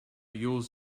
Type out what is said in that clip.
yours